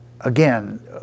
Again